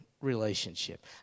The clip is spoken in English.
relationship